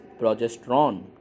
progesterone